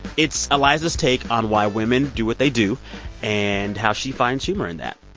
it's iliza's take on why women do what they do and how she finds humor in that.